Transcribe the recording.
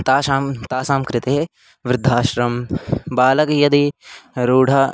तेषां तेषां कृते वृद्धाश्रमः बालकः यदि रूढ